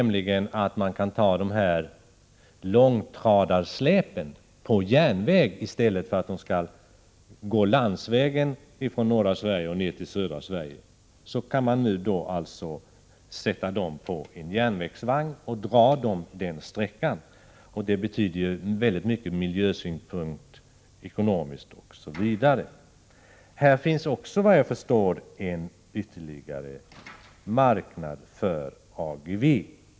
Man kan med denna ta långtradarsläp på järnväg. I stället för att de skall gå landsvägen ifrån norra Sverige och ner till södra Sverige kan man nu alltså sätta dem på en järnvägsvagn och dra dem den sträckan. Detta betyder väldigt mycket ur miljösynpunkt, ekonomiskt osv. Här finns, såvitt jag förstår, ytterligare en marknad för AGEVE.